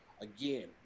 Again